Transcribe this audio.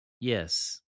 Yes